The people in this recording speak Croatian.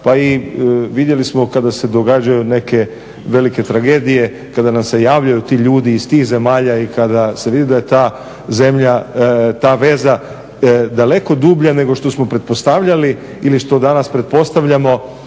Pa i vidjeli smo kada se događaju neke velike tragedije, kada nam se javljaju ti ljudi iz tih zemalja i kada se vidi da je ta zemlje, ta veza daleko dublja nego što smo pretpostavljali ili što danas pretpostavljamo